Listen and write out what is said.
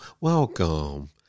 Welcome